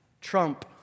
Trump